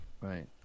Right